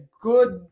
good